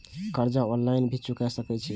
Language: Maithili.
कर्जा ऑनलाइन भी चुका सके छी?